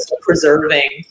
preserving